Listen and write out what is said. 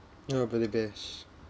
oh birthday bash